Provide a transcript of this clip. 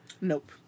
Nope